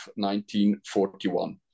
1941